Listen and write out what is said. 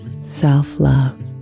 self-love